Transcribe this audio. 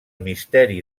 misteri